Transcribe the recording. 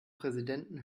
präsidenten